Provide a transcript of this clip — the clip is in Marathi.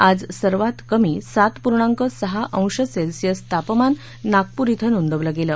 आज सर्वात कमी सात पूर्णांक सहा अंश सेल्सिअस तापमान नागपूर इथं नोंदवलं गेलं